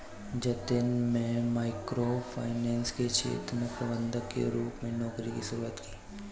जतिन में micro finance के क्षेत्र में प्रबंधक के रूप में नौकरी की शुरुआत की